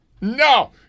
No